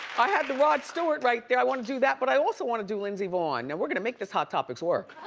i had the rod stewart right there, i wanna do that. but i also wanna do lindsey vonn. now, we're gonna make this hot topics work,